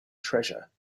treasure